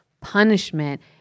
punishment